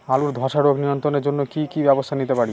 আলুর ধ্বসা রোগ নিয়ন্ত্রণের জন্য কি কি ব্যবস্থা নিতে পারি?